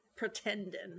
Pretending